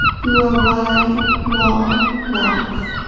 your wide wall laugh,